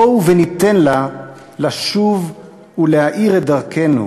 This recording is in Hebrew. בואו וניתן לה לשוב ולהאיר את דרכנו.